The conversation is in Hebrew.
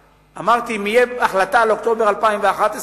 אמרתי: אם תהיה החלטה על אוקטובר 2011,